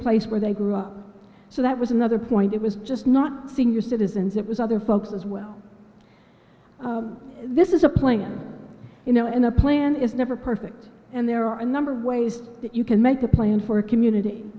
place where they grew up so that was another point it was just not senior citizens it was other folks as well this is a plan you know in a plan is never perfect and there are a number ways that you can make a plan for a community